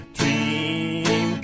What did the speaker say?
Dream